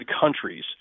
countries